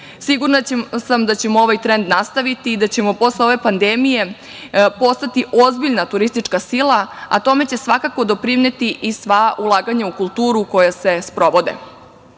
Sigurna sam da ćemo ovaj trend nastaviti i da ćemo posle ove pandemije postati ozbiljna turistička sila, a tome će svakako doprineti i sva ulaganja u kulturu koja se sprovode. Srbija